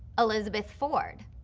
elizabeth ford,